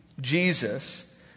Jesus